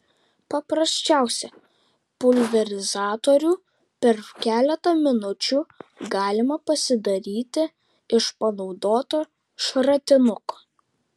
paprasčiausią pulverizatorių per keletą minučių galima pasidaryti iš panaudoto šratinuko